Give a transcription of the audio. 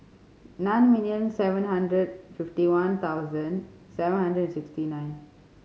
nine million seven hundred fifty one thousand seven hundred sixty nine